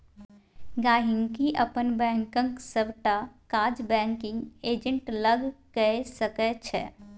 गांहिकी अपन बैंकक सबटा काज बैंकिग एजेंट लग कए सकै छै